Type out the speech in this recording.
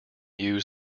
use